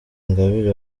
ingabire